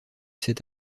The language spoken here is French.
cet